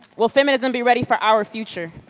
will feminism be ready for our future?